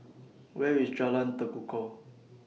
Where IS Jalan Tekukor